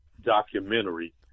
documentary